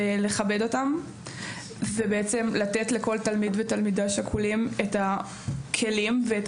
ולכבד אותם ובעצם לתת לכל תלמיד ותלמידה שכולים את הכלים ואת